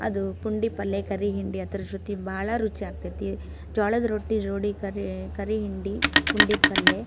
ಅದು ಪುಂಡಿ ಪಲ್ಲೆ ಕರಿ ಹಿಂಡಿ ಅದ್ರ ಜೊತೆ ಭಾಳ ರುಚಿಯಾಗ್ತದೆ ಜೋಳದ್ ರೊಟ್ಟಿ ಜೋಡಿ ಕರಿ ಕರಿ ಹಿಂಡಿ ಪುಂಡಿ ಪಲ್ಲೆ